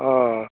आं